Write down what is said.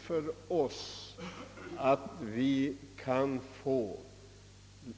för just sådan tjänstgöring.